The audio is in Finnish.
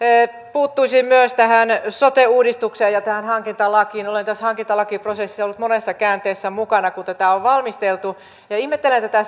puuttuisin myös tähän sote uudistukseen ja tähän hankintalakiin olen tässä hankintalakiprosessissa ollut monessa käänteessä mukana kun tätä on valmisteltu ja ja ihmettelen tätä